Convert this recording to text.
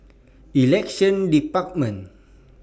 Elections department